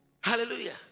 Hallelujah